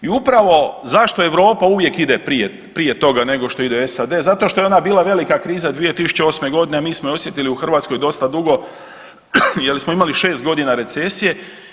I upravo zašto Europa uvijek ide prije toga nego što ide u SAD zato što je ona bila velika kriza 2008. godine, a mi smo je osjetili u Hrvatskoj dosta dugo jer smo imali 6 godina recesije.